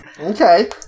Okay